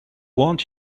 want